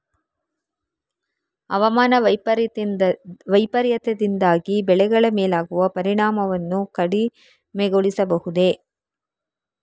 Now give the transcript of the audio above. ಹವಾಮಾನ ವೈಪರೀತ್ಯದಿಂದಾಗಿ ಬೆಳೆಗಳ ಮೇಲಾಗುವ ಪರಿಣಾಮವನ್ನು ಕಡಿಮೆಗೊಳಿಸಬಹುದೇ?